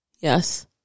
Yes